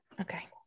Okay